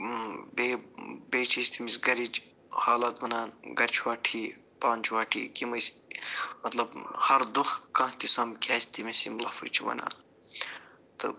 بیٚیہِ بیٚیہِ چھِ أسۍ تٔمِس گَرِچ حالات وَنان گَرِ چھُوا ٹھیٖک پانہٕ چھِوا ٹھیٖک یِم ٲسۍ مطلب ہر دۄہ کانٛہہ تہِ سمکھِ اَسہِ تٔمِس یِم لفظ چھِ وَنان تہٕ